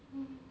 hmm